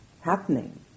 happening